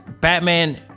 Batman